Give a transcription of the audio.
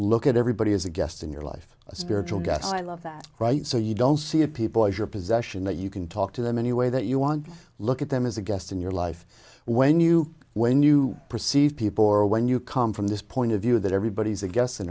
look at everybody as a guest in your life a spiritual guest i love that right so you don't see a people as your possession that you can talk to them any way that you want to look at them as a guest in your life when you when you perceive people or when you come from this point of view that everybody's a guest in